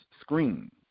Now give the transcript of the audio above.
screen